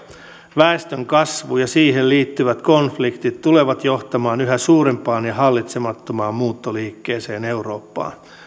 väestönkasvu ja siihen liittyvät konfliktit tulevat johtamaan yhä suurempaan ja hallitsemattomampaan muuttoliikkeeseen eurooppaan